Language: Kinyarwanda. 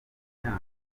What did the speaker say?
myaka